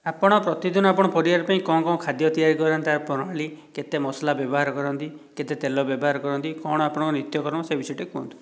ଆପଣ ପ୍ରତିଦିନ ଆପଣଙ୍କ ପରିବାର ପାଇଁ କଣ କଣ ଖାଦ୍ୟ ତିଆରି କରନ୍ତି ତାର ପ୍ରଣାଳୀ କେତେ ମସଲା ବ୍ୟବହାର କରନ୍ତି କେତେ ତେଲ ବ୍ୟବହାର କରନ୍ତି କଣ ଆପଣଙ୍କ ନିତ୍ୟକର୍ମ ସେ ବିଷୟ ରେ ଟିକିଏ କୁହନ୍ତୁ